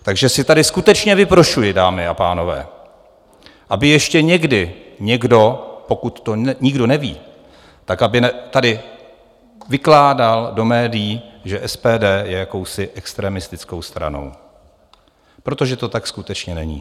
Takže si tady skutečně vyprošuji, dámy a pánové, aby ještě někdy někdo, pokud to nikdo neví, tak aby tady vykládal do médií, že SPD je jakousi extremistickou stranou, protože to tak skutečně není.